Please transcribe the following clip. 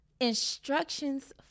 instructions